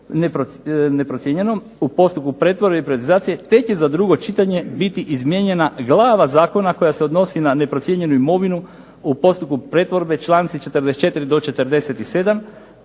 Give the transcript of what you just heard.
u postupku pretvorbe i privatizacije te će za drugo čitanje biti izmijenjena glava zakona koja se odnosi na neprocijenjenu imovinu u postupku pretvorbe, članci 44. do 47.